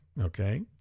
Okay